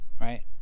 right